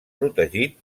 protegit